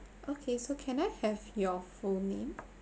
okay so can I have your full name